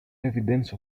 evidence